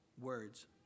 words